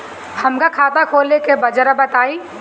हमका खाता खोले के बा जरा बताई?